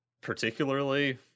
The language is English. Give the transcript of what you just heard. particularly